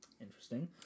Interesting